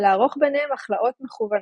ולערוך ביניהם הכלאות מכוונות.